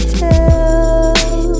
tell